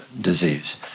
disease